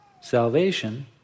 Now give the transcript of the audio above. salvation